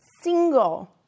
single